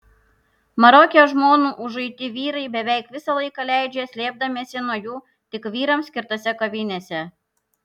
maroke žmonų užuiti vyrai beveik visą laiką leidžia slėpdamiesi nuo jų tik vyrams skirtose kavinėse